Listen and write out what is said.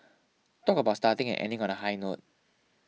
talk about starting and ending on a high note